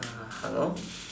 hello